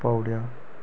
पाउड़ेआ